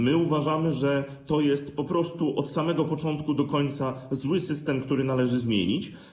My uważamy, że to jest od samego początku do końca zły system, który należy zmienić.